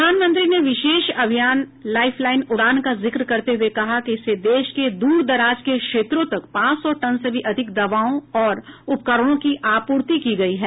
प्रधानमंत्री ने विशेष अभियान लाइफलाइन उड़ान का जिक्र करते हुए कहा कि इससे देश के दूर दराज के क्षेत्रों तक पांच सौ टन से भी अधिक दवाओं और उपकरणों की आपूर्ति की गई है